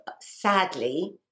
sadly